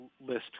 list